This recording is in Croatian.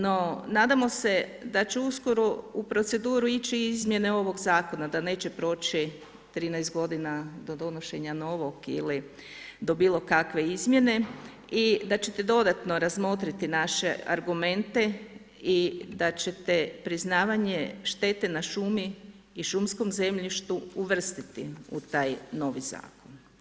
No nadamo se da će uskoro u proceduru ići izmjene ovog zakona da neće proći 13 godina do donošenja novog ili do bilo kakve izmjene i da ćete dodatno razmotriti naše argumente i da ćete priznavanje štete na šumi i šumskom zemljištu uvrstiti u taj novi zakon.